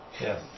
Yes